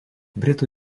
britų